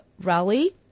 rally